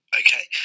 okay